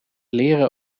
leren